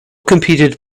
competed